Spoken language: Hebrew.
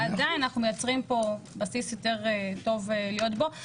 ועדיין אנחנו מייצרים פה בסיס יותר טוב להיות פה.